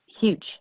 huge